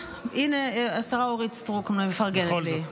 הינה, השרה אורית סטרוק מפרגנת לי.